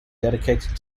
dedicated